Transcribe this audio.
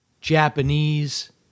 Japanese